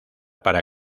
para